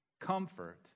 comfort